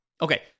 Okay